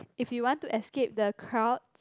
if you want to escape the crowds